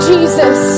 Jesus